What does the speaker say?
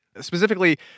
specifically